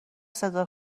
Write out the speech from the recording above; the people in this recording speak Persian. صدا